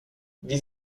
wie